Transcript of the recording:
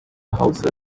houses